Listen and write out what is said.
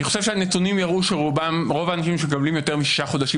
אני חושב שהנתונים יראו שרוב האנשים שמקבלים יותר משישה חודשים,